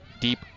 Deep